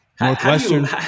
Northwestern –